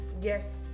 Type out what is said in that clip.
Yes